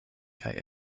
kaj